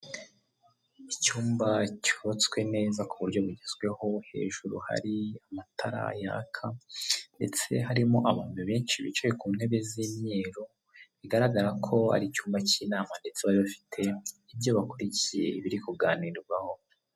Icyumba cyubatswe neza ku buryo bugezweho hejuru hari amatara yaka ndetse harimo abantu benshi bicaye ku ntebe z'imyeru, bigaragara ko ari icyumba cy'inama ndetse bari bafite ibyo bakurikiye biri kuganirwaho.